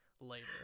later